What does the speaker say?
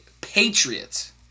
Patriots